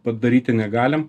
padaryti negalim